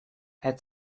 had